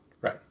Right